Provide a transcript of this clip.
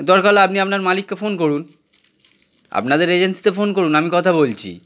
দরকার হলে আপনি আপনার মালিককে ফোন করুন আপনাদের এজেন্সিতে ফোন করুন আমি কথা বলছি